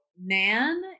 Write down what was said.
Man